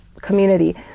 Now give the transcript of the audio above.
community